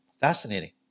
fascinating